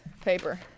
paper